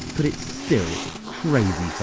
but it's still crazy